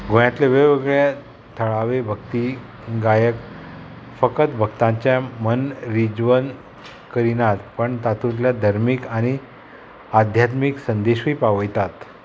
गोंयांतले वेगवेगळे थळावे भक्ती गायक फकत भक्तांचें मन रिजवण करिनात पूण तातूंतल्या धर्मीक आनी आध्यात्मीक संदेशूय पावयतात